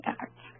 act